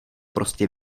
prostě